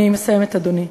אני מסיימת, אדוני.